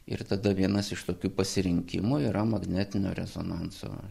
ir tada vienas iš tokių pasirinkimų yra magnetinio rezonanso